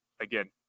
Again